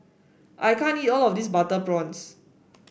I can't eat all of this Butter Prawns